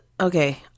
okay